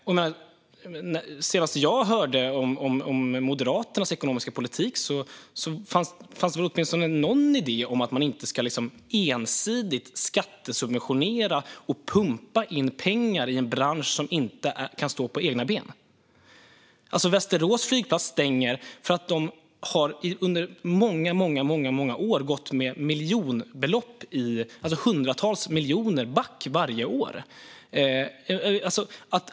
Det senaste jag hörde om Moderaternas ekonomiska politik var att det fanns åtminstone någon idé om att inte ensidigt skattesubventionera och pumpa in pengar i en bransch som inte kan stå på egna ben. Västerås flygplats stänger därför att de under många, många år har gått hundratals miljoner back varje år.